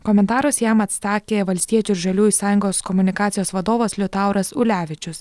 komentaruos jam atsakė valstiečių ir žaliųjų sąjungos komunikacijos vadovas liutauras ulevičius